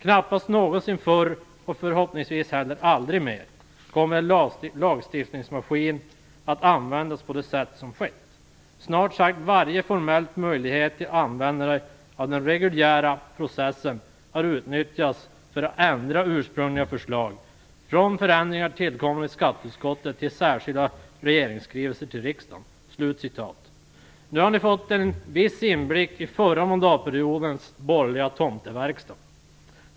Knappast någonsin förr, och förhoppningsvis heller aldrig mer, kommer ett lagstiftningsmaskineri att användas på det sätt som skett. Snart sagt varje formell möjlighet till användandet av den reguljära processen har utnyttjats för att ändra ursprungliga förslag, från förändringar tillkomna i skatteutskottet till särskilda regeringsskrivelser till riksdagen." Nu har ni fått en viss inblick i förra mandatperiodens borgerliga tomteverkstad.